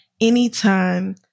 anytime